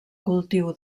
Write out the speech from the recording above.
cultiu